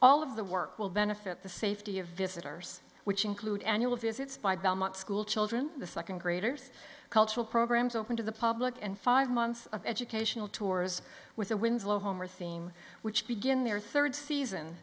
all of the work will benefit the safety of visitors which include annual visits by belmont schoolchildren the second graders cultural programs open to the public and five months of educational tours with a winslow homer theme which begin their third season